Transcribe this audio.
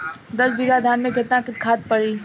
दस बिघा धान मे केतना खाद परी?